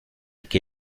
que